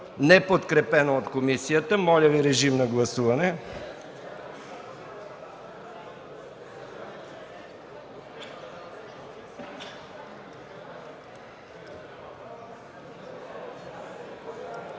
неподкрепено от комисията. Моля Ви, режим на гласуване.